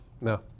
No